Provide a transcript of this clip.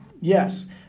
Yes